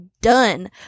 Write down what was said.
done